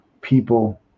people